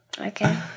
Okay